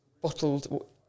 bottled